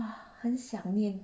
!wah! 很想念